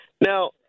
now